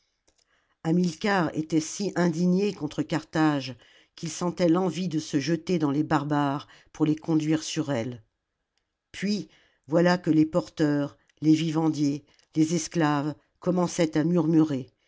hamilcar était si indigné contre carthage qu'il sentait l'envie de se jeter dans les barbares pour les conduire sur elle puis voilà que les porteurs les vivandiers les esclaves commençaient à murmurer